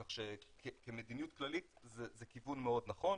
כך שכמדיניות כללית זה כיוון מאוד נכון,